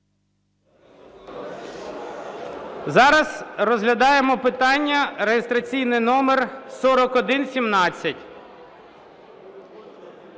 Зараз розглядаємо питання реєстраційний номер 4117.